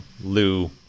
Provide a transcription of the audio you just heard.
Lou